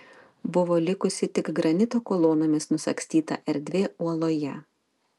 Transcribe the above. buvo likusi tik granito kolonomis nusagstyta erdvė uoloje